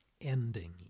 ending